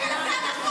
לך.